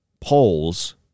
polls